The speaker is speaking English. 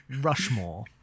rushmore